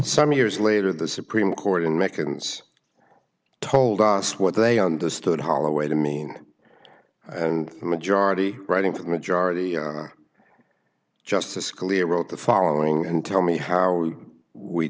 some years later the supreme court in meccans told us what they understood holloway to mean and the majority writing to the majority justice scalia wrote the following and tell me how we